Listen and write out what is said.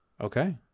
Okay